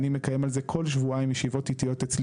אני מקיים על זה כל שבועיים ישיבות איטיות אצלי